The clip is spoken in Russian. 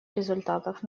результатов